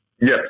Yes